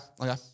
okay